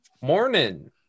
Morning